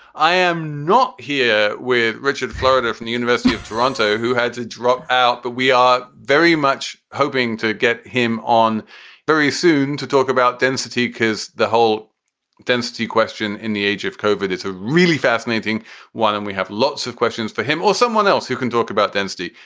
i am not here with richard florida from the university of toronto, who had to drop out, but we are very much hoping to get him on very soon to talk about density, because the whole density question in the age of cauvin is a really fascinating one. and we have lots of questions for him or someone else who can talk about density.